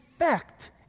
effect